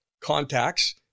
contacts